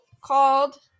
called